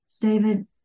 David